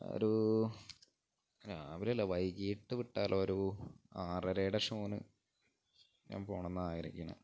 ആ ഒരു രാവിലെയല്ല വൈകിട്ട് വിട്ടാലോ ഒരു ആറരയുടെ ഷോവിന് ഞാൻ പോകണമെന്നാണ് ആഗ്രഹിക്കുന്നത്